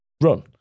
run